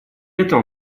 этом